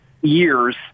years